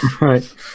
Right